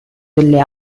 delle